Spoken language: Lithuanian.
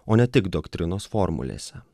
o ne tik doktrinos formulėse